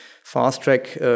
fast-track